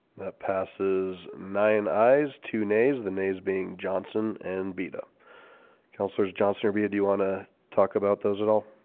that passes nine eyes to nays the nays being johnson and bina counselors johnson erbia. do you want to talk about those at all?